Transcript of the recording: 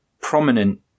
prominent